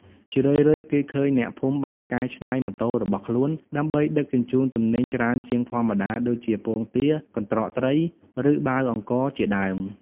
ជារឿយៗ គេឃើញអ្នកភូមិបានកែច្នៃម៉ូតូរបស់ខ្លួនដើម្បីដឹកជញ្ជូនទំនិញច្រើនជាងធម្មតា ដូចជាពងទា កន្ត្រកត្រី ឬបាវអង្ករជាដើម។